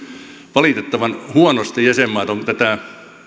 valitettavan huonosti jäsenmaat ovat tätä